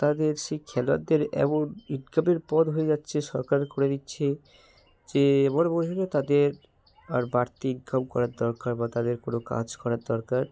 তাদের সেই খেলোয়াড়দের এমন ইনকামের পথ হয়ে যাচ্ছে সরকারে করে দিচ্ছে যে এবার মনে হয় না তাদের আর বাড়তি ইনকাম করার দরকার বা তাদের কোনো কাজ করার দরকার